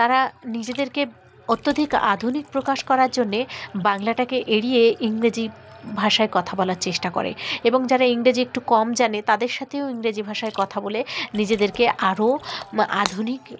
তারা নিজেদেরকে অত্যধিক আধুনিক প্রকাশ করার জন্যে বাংলাটাকে এড়িয়ে ইংরেজি ভাষায় কথা বলার চেষ্টা করে এবং যারা ইংরেজি একটু কম জানে তাদের সাথেও ইংরেজি ভাষায় কথা বলে নিজেদেরকে আরও আধুনিক